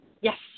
Yes